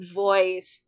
voice